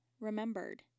remembered